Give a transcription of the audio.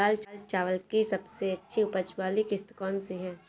लाल चावल की सबसे अच्छी उपज वाली किश्त कौन सी है?